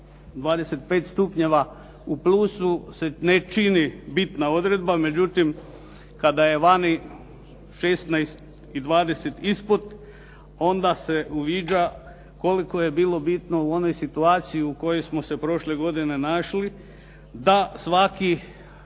25 stupnjeva u plusu ne čini bitna odredba, međutim kada je vani 16 i 20 ispod onda se uviđa koliko je bilo bitno u onoj situaciji u kojoj smo se prošle godine našli da svaki